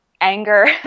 anger